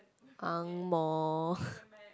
angmoh